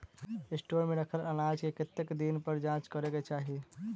Store मे रखल अनाज केँ कतेक दिन पर जाँच करै केँ चाहि?